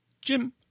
Jim